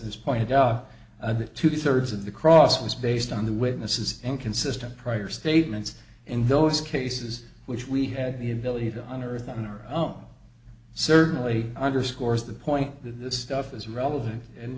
this point out of the two thirds of the cross was based on the witnesses inconsistent prior statements in those cases which we had the ability to under oath on our own certainly underscores the point that this stuff is relevant and